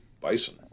bison